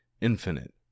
infinite